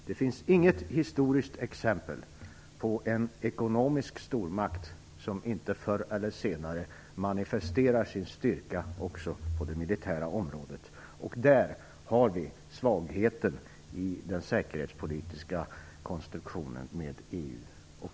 Det finns inget historiskt exempel på en ekonomisk stormakt som inte förr eller senare manifesterar sin styrka även på det militära området. Där har vi svagheten i den säkerhetspolitiska konstruktionen med EU.